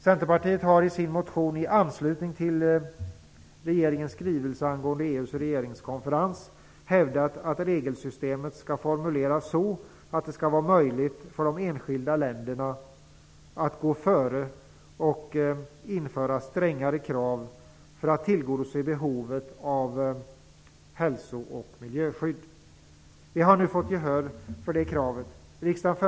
Centerpartiet har i sin motion i anslutning till regeringens skrivelse angående EU:s regeringskonferens hävdat att regelsystemet skall formuleras så, att det skall vara möjligt för de enskilda länderna att gå före och införa strängare krav för att tillgodose behovet av hälso och miljöskydd. Vi har nu fått gehör för det kravet.